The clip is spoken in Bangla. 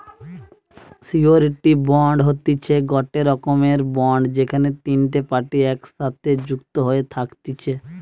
সিওরীটি বন্ড হতিছে গটে রকমের বন্ড যেখানে তিনটে পার্টি একসাথে যুক্ত হয়ে থাকতিছে